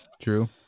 True